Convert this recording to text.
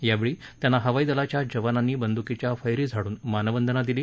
यावेळी त्यांना हवाई दलाच्या जवानांनी बंदुकीच्या फैरी झाडून मानवंदना दिली